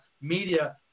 media